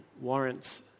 warrants